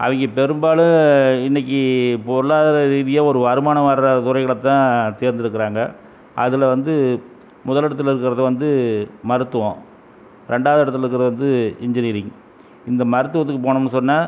அவங்க பெரும்பாலும் இன்னைக்கு பொருளாதார ரீதியாக ஒரு வருமானம் வர துறைகளைத்தான் தேர்ந்தெடுக்கிறாங்க அதில் வந்து முதலிடத்தில் இருக்கிறது வந்து மருத்துவம் ரெண்டாவது இடத்துல இருக்கிறது இன்ஜீனியரிங் இந்த மருத்துவத்துக்கு போனோம்னு சொன்னால்